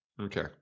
Okay